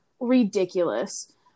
ridiculous